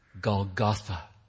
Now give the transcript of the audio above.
Golgotha